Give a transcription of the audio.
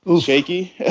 shaky